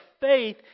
faith